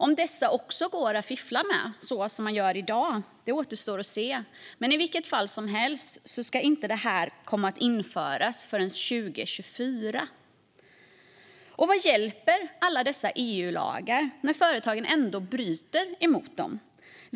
Om dessa också går att fiffla med som man gör i dag återstår att se, men i vilket fall som helst ska det här inte införas förrän 2024. Vad hjälper alla dessa EU-lagar när företagen ändå bryter mot dem?